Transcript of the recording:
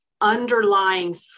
underlying